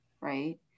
right